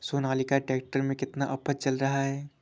Sonalika tractor में कितना offer चल रहा है?